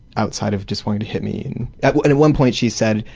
outside of just wanting to hit me. and at but and at one point she said,